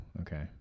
Okay